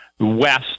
west